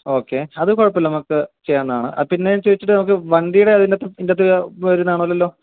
okay അത് കുഴപ്പമില്ല നമുക്ക് ചെയ്യാവുന്നതാണ് പിന്നെ ചോദിച്ചിട്ട് നമുക്ക് വണ്ടീന്റെ അത് ട്രിപ്പിന്റ്റാത്ത് വരുന്നതാണോ അല്ലല്ലോ